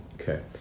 Okay